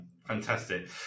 fantastic